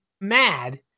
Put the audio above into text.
mad